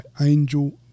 angel